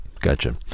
gotcha